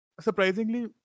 surprisingly